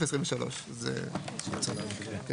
בסעיף (23)(ב),